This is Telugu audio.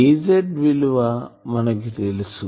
Az విలువ మనకు తెలుసు